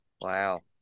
wow